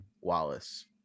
Wallace